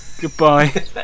Goodbye